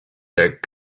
jak